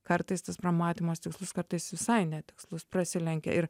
kartais tas pramatymas tikslus kartais visai netikslus prasilenkia ir